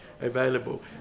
available